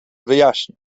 wyjaśnia